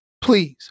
please